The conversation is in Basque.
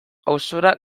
auzora